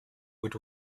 would